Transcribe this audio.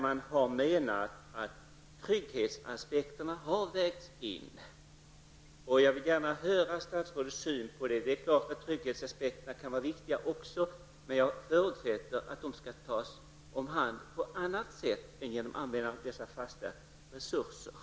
Man har menat att trygghetsaspekterna har vägts in. Jag vill gärna höra vad statsrådet har för syn på detta. Det är klart att också trygghetsaspekterna kan vara viktiga, men jag förutsätter att de skall tillgodoses på annat sätt än genom utnyttjande av de fasta resurserna.